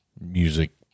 music